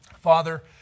Father